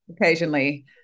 occasionally